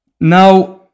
Now